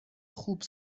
خوب